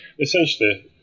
Essentially